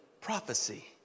prophecy